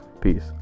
Peace